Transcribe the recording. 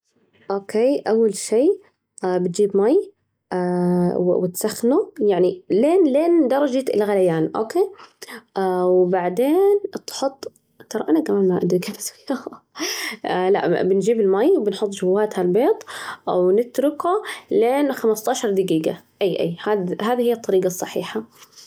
أوكي، أول شي بتجيب ماي وتسخنه يعني لين لين درجة الغليان، أوك، وبعدين تحط ترى أنا كمان ما أدق، آه لأ، بنجيب المي وبنحط جواتها البيض ونتركه لين خمسة عشر دقيقة، أي، أي، هذهذي هي الطريقة الصحيحة.